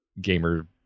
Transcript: gamer